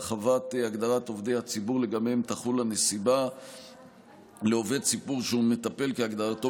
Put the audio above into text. הרחבת הגדרת עובדי הציבור שעליהם תחול הנסיבה לעובד ציבור שמטפל כהגדרתו